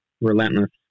relentless